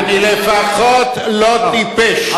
אני לפחות לא טיפש.